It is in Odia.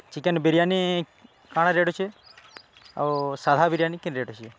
ଚିକେନ୍ ବିରିୟାନୀ କାଣା ରେଟ୍ ଅଛେ ଆଉ ସାଧା ବିରିୟାନୀ କେନ୍ ରେଟ୍ ଅଛେ